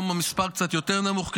היום המספר קצת יותר נמוך,